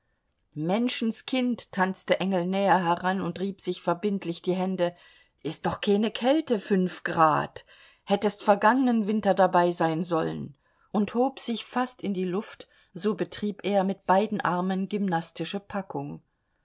menschenskind tanzte engel näher heran und rieb sich verbindlich die hände ist doch keene kälte fünf grad hättest vergangenen winter dabei sein sollen und hob sich fast in die luft so betrieb er mit beiden armen gymnastische packung